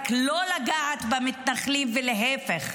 רק לא לגעת במתנחלים ולהפך,